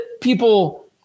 people